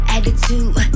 Attitude